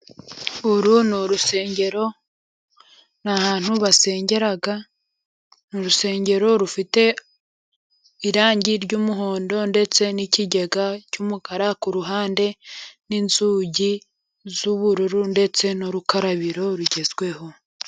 Uru ni urusengero ni ahantu basengera. Ni urusengero rufite irangi ry'umuhondo ndetse n'ikigega cy'umukara, ku ruhande n'inzugi z'ubururu ndetse n'urukarabiro rugezweho.